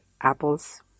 apples